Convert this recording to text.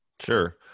Sure